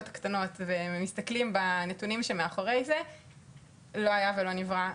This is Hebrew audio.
הקטנות ומסתכלים בנתונים שמאחורי הזה - לא היה ולא נברא.